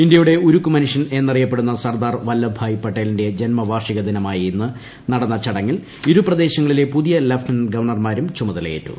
ഇന്ത്യയുടെ ഉരുക്കു മനുഷ്യൻ എന്നറിയപ്പെടുന്ന സർദാർ വല്ലഭ് ഭായ് പട്ടേലിന്റെ ജന്മവാർഷികദിനമായ ഇന്ന് നടന്ന ചടങ്ങിൽ ഇരു പ്രദേശങ്ങളിലെ പുതിയ ലഫ്റ്റനന്റ് ഗവർണറുമാരും ചുമതലയേറ്റു